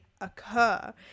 occur